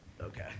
Okay